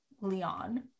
leon